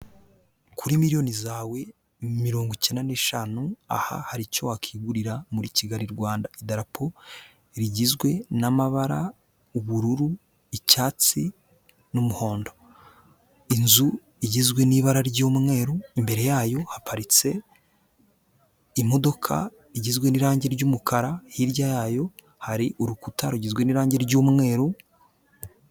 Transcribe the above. kKri miliyoni zawe mirongo icyenda n'eshanu aha hari icyo wakigurira muri Kigali Rwanda, adarapo rigizwe namabara ubururu, icyatsi n'umuhondo, inzu igizwe n'ibara ry'umweru, imbere yayo haparitse imodoka igizwe n'irange ry'umukara, hirya yayo hari urukuta rugizwe n'irange ry'umweru.